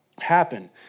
happen